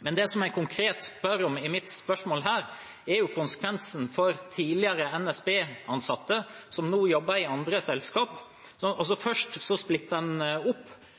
Det jeg konkret spør om i mitt spørsmål, er konsekvensen for tidligere NSB-ansatte som nå jobber i andre selskap. Først splittet en opp, og så bruker en